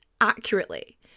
accurately